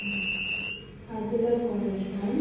அதில் கொஞ்சம்